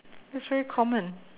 it's very common